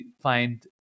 find